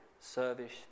service